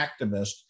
activist